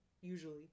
usually